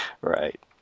Right